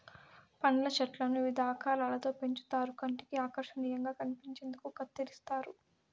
పండ్ల చెట్లను వివిధ ఆకారాలలో పెంచుతారు కంటికి ఆకర్శనీయంగా కనిపించేందుకు కత్తిరిస్తారు